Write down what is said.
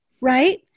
right